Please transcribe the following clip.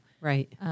Right